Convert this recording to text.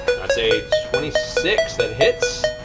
that's a twenty six. that hits!